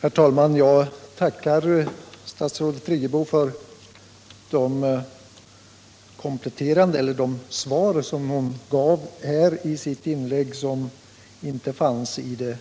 Herr talman! Jag tackar statsrådet Friggebo för det svar som hon lämnade i sitt inlägg nu och som inte fanns med i